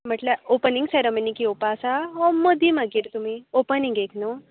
म्हटल्या ओपनिंग सेरॉमनिक येवपा आसा ओ मदी मागीर तुमी ओपनिंगेक न्हू